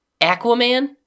Aquaman